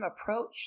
approach